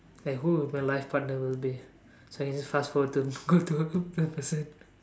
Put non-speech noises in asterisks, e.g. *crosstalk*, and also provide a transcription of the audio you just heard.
like who would my life partner will be so I can just fast forward to go to *laughs* the person